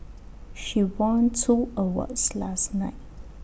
she won two awards last night